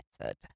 answered